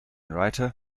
writer